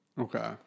Okay